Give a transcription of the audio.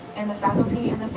and the faculty